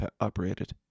operated